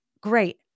great